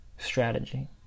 strategy